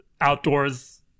outdoors